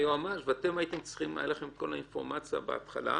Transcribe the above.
הייתה לכם כל האינפורמציה בהתחלה,